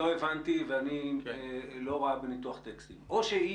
אבל לא הבנתי ואני לא רע בניתוח טקסטים או שאי